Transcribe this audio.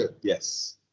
Yes